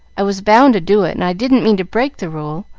i was bound to do it and i didn't mean to break the rule,